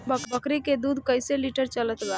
बकरी के दूध कइसे लिटर चलत बा?